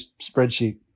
spreadsheet